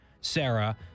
Sarah